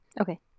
Okay